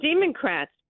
Democrats